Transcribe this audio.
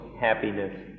happiness